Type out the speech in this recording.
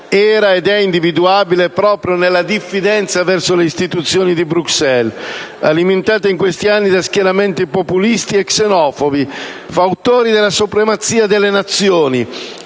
era ed è individuabile proprio nella diffidenza verso le istituzioni di Bruxelles, alimentata in questi anni da schieramenti populisti e xenofobi, fautori della supremazia delle Nazioni